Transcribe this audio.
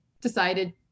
decided